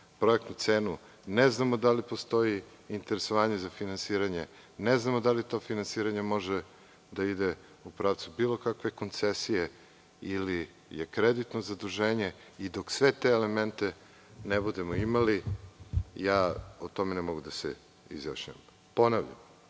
projektnu cenu, ne znamo da li postoji interesovanje za finansiranje, ne znamo da li to finansiranje može da ide u pravcu bilo kakve koncesije ili je kreditno zaduženje, i dok sve te elemente ne budemo imali ja o tome ne mogu da se izjašnjavam. Ponavljam,